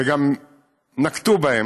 וגם נקטו אותן,